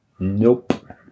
Nope